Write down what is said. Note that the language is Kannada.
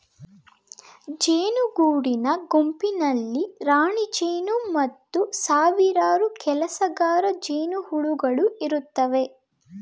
ಜೇನು ಗೂಡಿನ ಗುಂಪಿನಲ್ಲಿ ರಾಣಿಜೇನು ಮತ್ತು ಸಾವಿರಾರು ಕೆಲಸಗಾರ ಜೇನುಹುಳುಗಳು ಇರುತ್ತವೆ